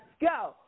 go